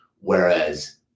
whereas